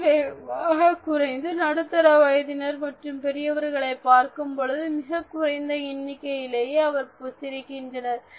அது வெகுவாக குறைந்து நடுத்தர வயதினர் மற்றும் பெரியவர்களை பார்க்கும் பொழுது மிகக் குறைந்த எண்ணிக்கையிலேயே அவர்கள் சிரிக்கின்றனர்